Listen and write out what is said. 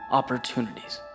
opportunities